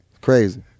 Crazy